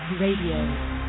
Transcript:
Radio